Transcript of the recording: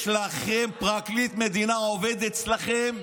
יש לכם פרקליט מדינה שעובד אצלכם.